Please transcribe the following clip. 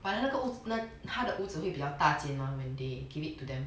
but then 那个屋子那他的屋子会比较大间吗 when they give it to them